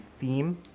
theme